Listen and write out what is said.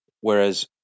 whereas